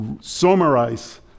summarize